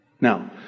Now